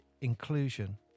inclusion